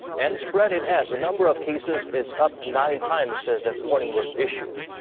and spread it has. the number of cases is up nine times since that warning was issued.